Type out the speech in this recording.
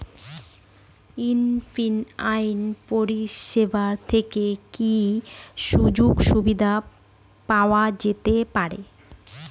UPI পরিষেবা থেকে কি কি সুযোগ সুবিধা পাওয়া যেতে পারে?